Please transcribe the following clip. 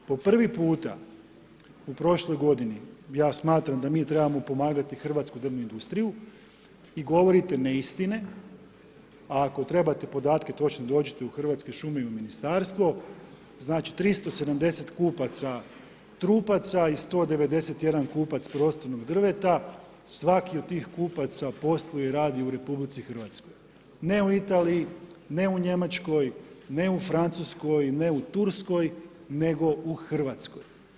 Po prvi puta u prošloj godini, ja smatram da mi trebamo pomagati Hrvatsku drvu industriju i govorite neistine, a ako trebate podatke točne, dođite u Hrvatske šume i u Ministarstvo, znači 370 kupaca trupaca i 191 kupac prostornog drveta, svaki od tih kupaca posluje i radi u RH, ne u Italiji, ne u Njemačkoj, ne u Francuskoj, ne u Turskoj, nego u RH.